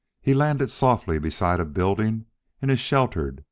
he landed softly beside a building in a sheltered,